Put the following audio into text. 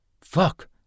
Fuck